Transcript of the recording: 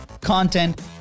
content